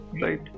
right